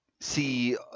see